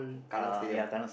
Kallang-Stadium ah